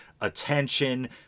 attention